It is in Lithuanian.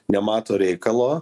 nemato reikalo